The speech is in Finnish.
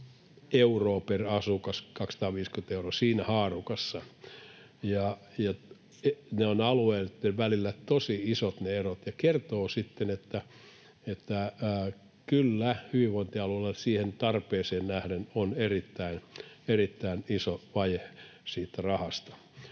euroa per asukas, siinä haarukassa. Ne erot ovat alueitten välillä tosi isot, ja ne kertovat, että kyllä, hyvinvointialueilla tarpeeseen nähden on erittäin iso vaje rahasta.